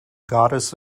goddess